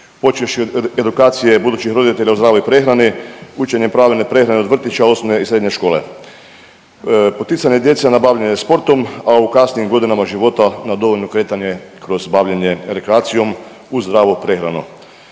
Počevši od edukacije budućih roditelja o zdravoj prehrani, učenja pravilne prehrane od vrtića, osnovne i srednje škole, poticanja djece na bavljenje sportom, a u kasnijim godinama života na dovoljno kretanje kroz bavljenje rekreacijom uz zdravu prehranu.